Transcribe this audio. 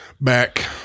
Back